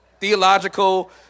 theological